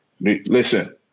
listen